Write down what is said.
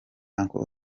uncle